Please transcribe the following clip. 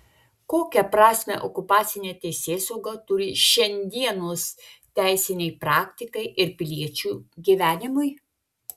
kokią prasmę okupacinė teisėsauga turi šiandienos teisinei praktikai ir piliečių gyvenimui